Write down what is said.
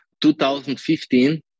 2015